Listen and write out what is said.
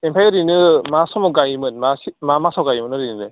ओमफाय ओरैनो मा समाव गायोमोन मा मा मासाव गायोमोन ओरैनो